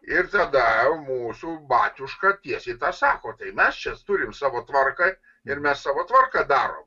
ir tada mūsų batiuška tiesiai tą sako tai mes čia turim savo tvarką ir mes savo tvarką darom